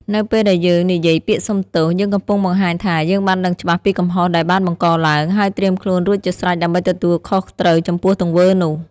នៅពេលដែលយើងនិយាយពាក្យសុំទោស យើងកំពុងបង្ហាញថា យើងបានដឹងច្បាស់ពីកំហុសដែលបានបង្កឡើង ហើយត្រៀមខ្លួនរួចជាស្រេចដើម្បីទទួលខុសត្រូវចំពោះទង្វើនោះ។